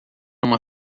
uma